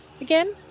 again